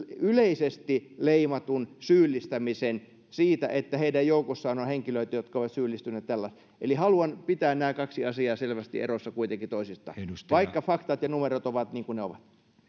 yleisesti leimatun syyllistämisen siitä että heidän joukossaan on henkilöitä jotka ovat syyllistyneet tällaiseen eli haluan pitää nämä kaksi asiaa kuitenkin selvästi erossa toisistaan vaikka faktat ja numerot ovat niin kuin ne ovat